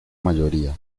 mayoría